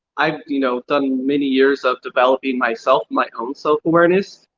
i've you know done many years of developing myself, my own self-awareness.